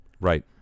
right